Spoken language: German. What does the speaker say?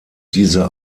diese